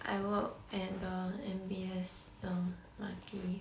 I work at the M_B_S the marquee